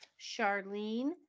Charlene